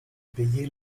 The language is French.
payé